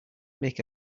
make